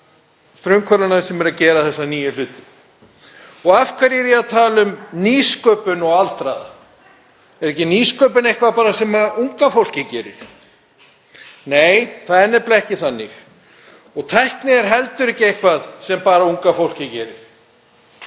aðstoða frumkvöðlana sem eru að gera þessa nýju hluti. Af hverju er ég að tala um nýsköpun og aldraða? Er ekki nýsköpun eitthvað sem bara unga fólkið gerir? Nei, það er nefnilega ekki þannig. Tækni er heldur ekki eitthvað sem bara unga fólkið gerir.